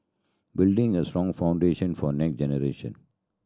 build a strong foundation for next generation